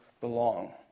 belong